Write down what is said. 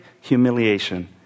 humiliation